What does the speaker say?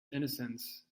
innocence